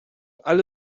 alle